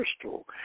crystal